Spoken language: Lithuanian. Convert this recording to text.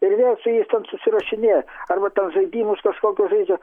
ir vėl su jais ten susirašinėja arba ten žaidimus kažkokius žaidžia